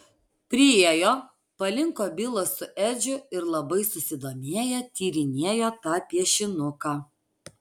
priėjo palinko bilas su edžiu ir labai susidomėję tyrinėjo tą piešinuką